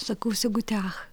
sakau sigutė ach